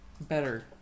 better